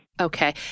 Okay